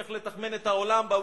איך לתכמן את העולם, ב"ויקיליקס"